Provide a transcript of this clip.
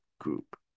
group